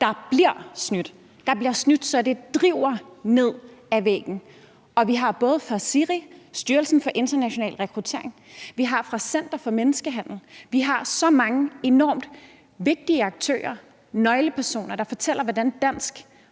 der bliver snydt, så det driver ned ad væggen. Vi har både SIRI, altså Styrelsen for International Rekruttering og Integration, og vi har Center mod Menneskehandel; vi har så mange enormt vigtige aktører og nøglepersoner, der fortæller, hvordan kravet